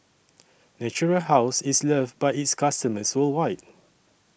Natural House IS loved By its customers worldwide